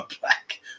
black